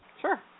Sure